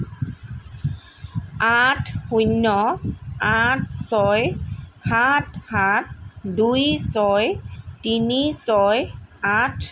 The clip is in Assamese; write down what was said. আঠ শূন্য় আঠ ছয় সাত সাত দুই ছয় তিনি ছয় আঠ